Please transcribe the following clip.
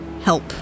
help